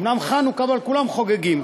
אומנם חנוכה, אבל כולם חוגגים.